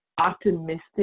optimistic